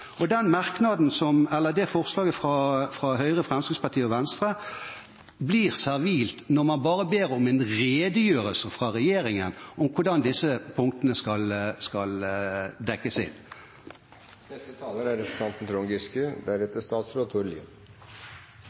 Forslaget fra Høyre, Fremskrittspartiet og Venstre blir servilt når man bare ber om en redegjørelse fra regjeringen om hvordan disse punktene skal dekkes